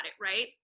right